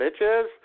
bitches